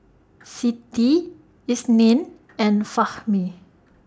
Siti Isnin and Fahmi